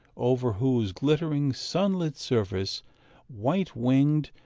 over whose glittering, sunlit surface white-winged,